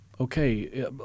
Okay